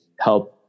help